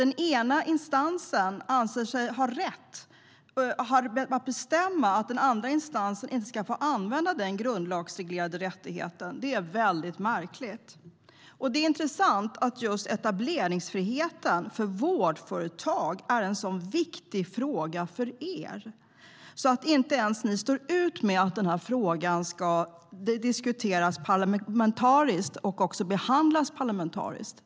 Den ena instansen anser sig har rätt att bestämma att den andra instansen inte ska få använda den grundlagsreglerade rättigheten. Det är väldigt märkligt. Det är intressant att just etableringsfriheten för vårdföretag är en så viktig fråga för er att ni inte ens står ut med att frågan diskuteras och behandlas parlamentariskt.